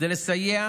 כדי לסייע